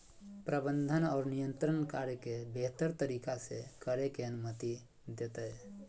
प्रबंधन और नियंत्रण कार्य के बेहतर तरीका से करे के अनुमति देतय